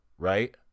Right